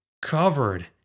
covered